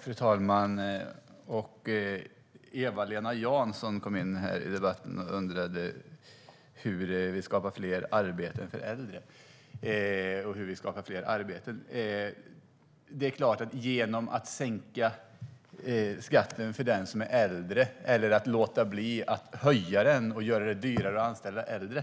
Fru talman! Eva-Lena Jansson kom in här i debatten och undrade hur vi skapar fler arbeten för äldre och hur vi skapar fler arbeten överlag. Genom att sänka skatten för den som är äldre eller att låta bli att höja den och göra det dyrare att anställa äldre